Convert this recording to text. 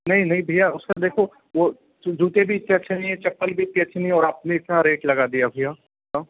नहीं नहीं भैया उसका देखो वो जू जूते भी इतने अच्छे नहीं है चप्पल भी उतने अच्छे नहीं है और आपने इतना रेट लगा दिया भैया